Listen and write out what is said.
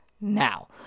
Now